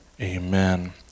amen